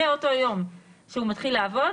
מאותו יום שהוא מתחיל לעבוד,